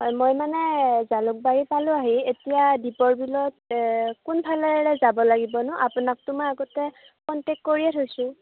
হয় মই মানে জালুকবাৰী পালোঁ আহি এতিয়া দীপৰ বিলত কোনফালেৰে যাব লাগিবনো আপোনাকটো মই আগতে কনটেক কৰিয়ে থৈছোঁ